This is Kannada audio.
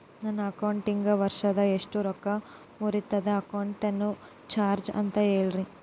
ನನ್ನ ಅಕೌಂಟಿನಾಗ ವರ್ಷಕ್ಕ ಎಷ್ಟು ರೊಕ್ಕ ಮುರಿತಾರ ಮೆಂಟೇನೆನ್ಸ್ ಚಾರ್ಜ್ ಅಂತ ಹೇಳಿ?